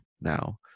now